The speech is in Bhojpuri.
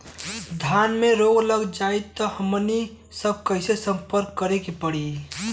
फसल में रोग लग जाई त हमनी सब कैसे संपर्क करें के पड़ी?